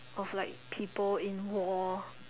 of like people in war